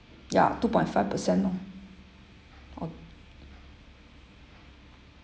ya two point five percent lor or